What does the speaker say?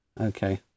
Okay